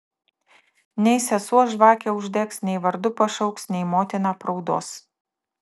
nei sesuo žvakę uždegs nei vardu pašauks nei motina apraudos